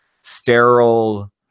sterile